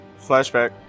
flashback